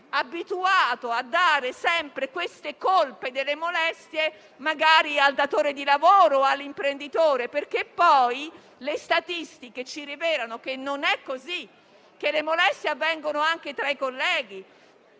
abituato a dare sempre queste colpe delle molestie al datore di lavoro e all'imprenditore. Le statistiche, infatti, ci rivelano che non è così: le molestie avvengono anche tra colleghi;